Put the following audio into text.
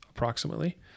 approximately